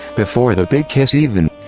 before the big kiss even!